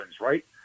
right